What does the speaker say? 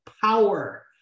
power